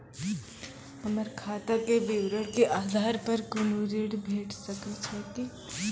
हमर खाता के विवरण के आधार प कुनू ऋण भेट सकै छै की?